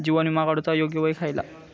जीवन विमा काडूचा योग्य वय खयला?